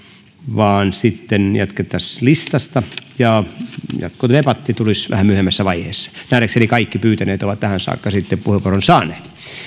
vaan sitten jatkettaisiin listasta ja jatkodebatti tulisi vähän myöhemmässä vaiheessa nähdäkseni kaikki pyytäneet ovat tähän saakka puheenvuoron saaneet